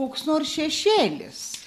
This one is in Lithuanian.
koks nors šešėlis